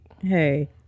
Hey